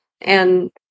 And-